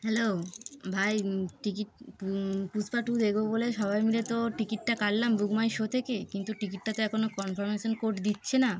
hello ভাই ticket পুচপাটু এগো বলে সবাই মিলে তো টিকিটটা কাটলাম বুকমাই শো থেকে কিন্তু টিকিটটা তো এখনও কনফার্মেশান কোড দিচ্ছে না